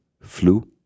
flu